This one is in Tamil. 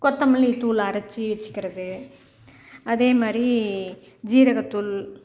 கொத்தமல்லி தூள் அரச்சு வச்சுக்கிறது அதே மாதிரி ஜீரகத்தூள்